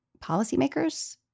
policymakers